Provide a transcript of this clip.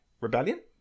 Rebellion